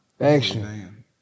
Action